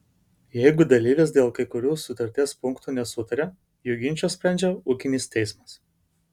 jeigu dalyvės dėl kai kurių sutarties punktų nesutaria jų ginčą sprendžia ūkinis teismas